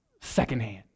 secondhand